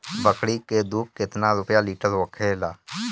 बकड़ी के दूध केतना रुपया लीटर होखेला?